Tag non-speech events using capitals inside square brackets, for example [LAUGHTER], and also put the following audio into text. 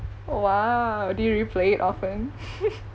oh !wow! do you replay it often [LAUGHS]